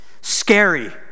scary